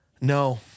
No